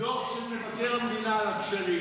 דוח של מבקר המדינה על הכשלים.